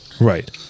Right